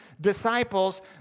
disciples